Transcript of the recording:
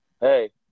Hey